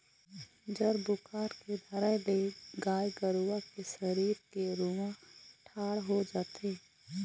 जर बुखार के धरई ले गाय गरुवा के सरीर के रूआँ ठाड़ हो जाथे